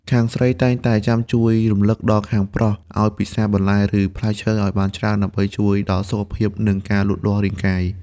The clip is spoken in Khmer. ខាងស្រីតែងតែចាំជួយរំលឹកដល់ខាងប្រុសឱ្យពិសារបន្លែ ឬផ្លែឈើឱ្យបានច្រើន ដើម្បីជួយដល់សុខភាព និងការលូតលាស់រាងកាយ។